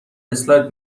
اسلاید